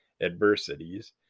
adversities